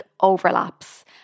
overlaps